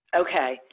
Okay